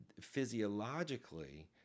physiologically